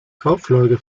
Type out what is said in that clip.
kaufleute